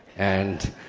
and